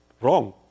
Wrong